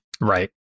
Right